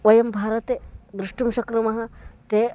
वयं भारते द्रष्टुं शक्नुमः ते